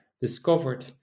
discovered